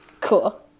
Cool